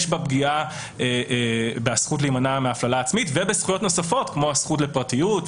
בה פגיעה בזכות להימנע מהפללה עצמית ובזכויות נוספות כמו הזכות לפרטיות,